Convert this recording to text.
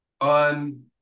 on